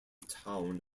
town